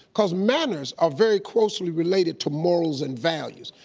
cause manners are very closely related to morals and values,